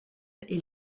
est